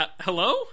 hello